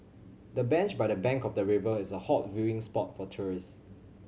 the bench by the bank of the river is a hot viewing spot for tourists